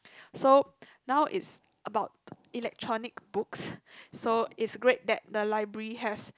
so now is about electronic books so is great that the library has